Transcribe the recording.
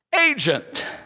agent